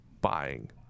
buying